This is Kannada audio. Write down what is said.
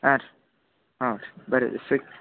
ಹಾಂ ರೀ ಹಾಂ ರೀ ಬರಿ ರೀ ಸಿಕ್